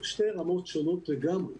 שתי רמות שונות לגמרי,